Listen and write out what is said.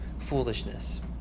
foolishness